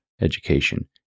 education